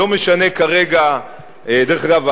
דרך אגב,